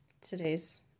today's